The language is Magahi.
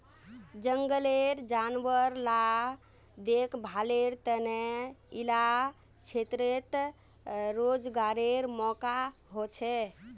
जनगलेर जानवर ला देख्भालेर तने इला क्षेत्रोत रोज्गारेर मौक़ा होछे